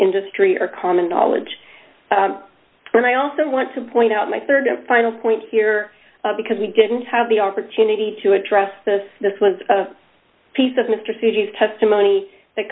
industry or common knowledge and i also want to point out my rd and final point here because we didn't have the opportunity to address this this was a piece of mr c g s testimony that